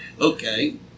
Okay